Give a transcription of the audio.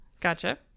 gotcha